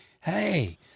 hey